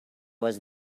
was